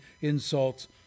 insults